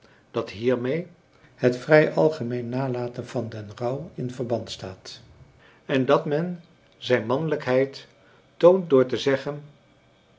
dat hiermee het vrij algemeen nalaten van den rouw in verband staat en dat men zijn manlijkheid toont door te zeggen